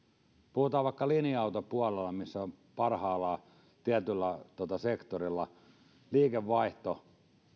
puhutaan vaikka linja autopuolella missä on parhaillaan tietyllä sektorilla liikevaihto